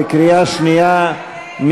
בקריאה שנייה.